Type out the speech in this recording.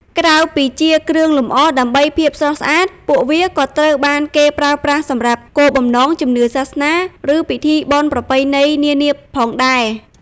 ក្រៅពីជាគ្រឿងលម្អដើម្បីភាពស្រស់ស្អាត ពួកវាក៏ត្រូវបានគេប្រើប្រាស់សម្រាប់ គោលបំណងជំនឿសាសនា ឬពិធីបុណ្យប្រពៃណី នានាផងដែរ។